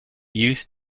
used